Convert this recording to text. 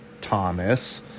Thomas